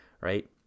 right